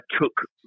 took